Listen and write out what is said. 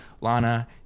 Lana